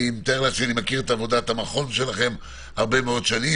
אני מכיר את עבודת המכון הרבה מאוד שנים,